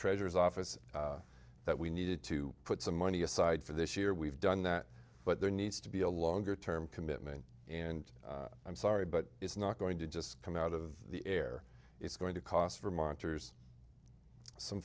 treasurer's office that we needed to put some money aside for this year we've done that but there needs to be a longer term commitment and i'm sorry but it's not going to just come out of the air it's going to cost for monsters some